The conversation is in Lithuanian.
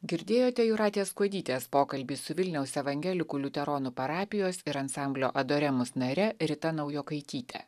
girdėjote jūratės kuodytės pokalbį su vilniaus evangelikų liuteronų parapijos ir ansamblio adoremus nare rita naujokaityte